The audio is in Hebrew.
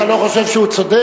אתה לא חושב שהוא צודק?